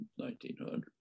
1900